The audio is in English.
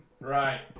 right